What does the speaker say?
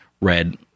read